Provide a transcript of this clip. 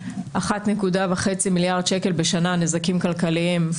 1.5 מיליארד שקל בשנה נזקים כלכליים.